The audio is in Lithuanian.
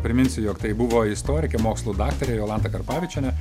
priminsiu jog tai buvo istorikė mokslų daktarė jolanta karpavičienė